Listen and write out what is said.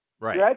Right